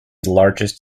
largest